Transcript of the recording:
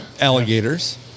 Alligators